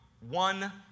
one